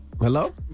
Hello